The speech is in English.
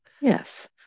Yes